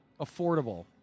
affordable